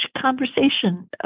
conversation